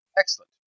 Excellent